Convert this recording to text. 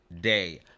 day